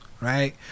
right